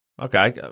Okay